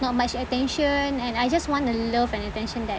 not much attention and I just want the love and attention that